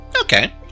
Okay